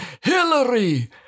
Hillary